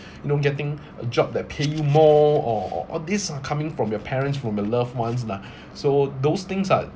you know getting a job that pay you more or all all these are coming from your parents from your loved ones lah so those things are